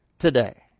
today